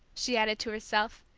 she added to herself,